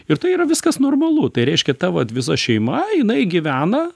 ir tai yra viskas normalu tai reiškia ta vat visa šeima jinai gyvena